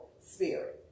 spirit